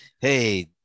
hey